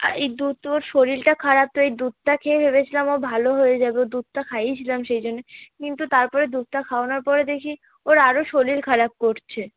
এই দুধ ওর শরীরটা খারাপ তো এই দুধটা খেয়ে ভেবেছিলাম ও ভালো হয়ে যাবে ও দুধটা খাইয়েছিলাম সেই জন্য কিন্তু তারপরে দুধটা খাওয়ানোর পরে দেখি ওর আরও শরীর খারাপ করছে